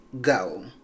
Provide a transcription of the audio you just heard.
Go